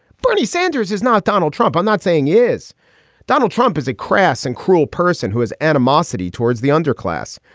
bernie sanders is not donald trump. i'm not saying is donald trump is a crass and cruel person who has animosity towards the underclass.